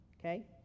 okay